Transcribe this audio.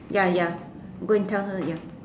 ya ya go and tell her ya